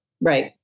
Right